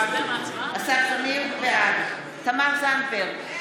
בעד תמר זנדברג,